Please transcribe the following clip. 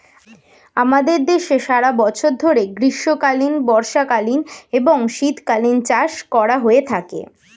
আমাদের দেশে সারা বছর ধরে গ্রীষ্মকালীন, বর্ষাকালীন এবং শীতকালীন চাষ করা হয়ে থাকে